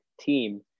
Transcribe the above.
team